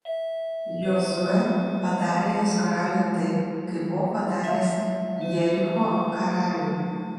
jozuė padarė jos karaliui taip kaip buvo padaręs jericho karaliui